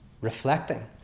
reflecting